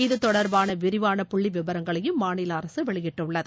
இத்தொடர்பான விரிவான புள்ளி விவரங்களையும் மாநில அரசு வெளியிட்டுள்ளது